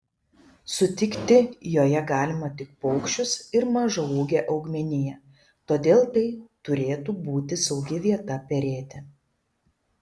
sutikti joje galima tik paukščius ir mažaūgę augmeniją todėl tai turėtų būti saugi vieta perėti